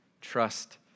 Trust